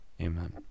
Amen